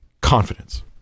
confidence